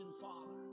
Father